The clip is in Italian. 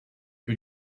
più